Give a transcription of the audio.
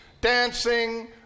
dancing